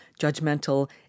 judgmental